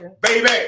Baby